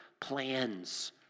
plans